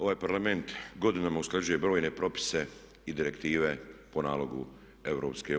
Ovaj Parlament godinama usklađuje brojne propise i direktive po nalogu EU.